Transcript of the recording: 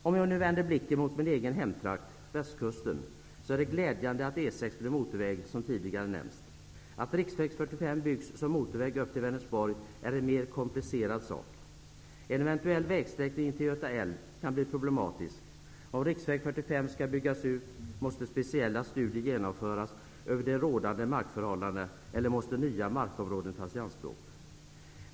Om jag vänder blicken mot min egen hemtrakt, Västkusten, kan jag säga att det är glädjande att E 6 blir motorväg, vilket tidigare har nämnts. Att riksväg 45 byggs som motorväg upp till Vänersborg är mer komplicerat. En eventuell vägsträckning intill Göta älv kan bli problematisk, och om riksväg 45 skall byggas ut måste speciella studier genomföras över de rådande markförhållandena eller också måste nya markområden tas i anspråk.